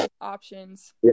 options